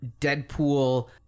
Deadpool